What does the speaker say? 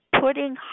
putting